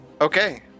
Okay